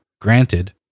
granted